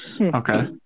Okay